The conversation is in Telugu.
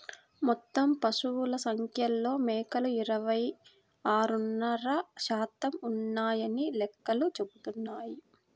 మొత్తం పశువుల సంఖ్యలో మేకలు ఇరవై ఆరున్నర శాతం ఉన్నాయని లెక్కలు చెబుతున్నాయి